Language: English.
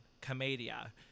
commedia